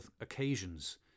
occasions